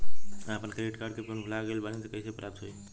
हम आपन credit card के पिन भुला गइल बानी त कइसे प्राप्त होई?